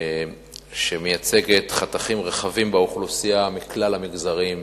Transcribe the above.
שמייצגת חתכים רחבים באוכלוסייה, מכלל המגזרים,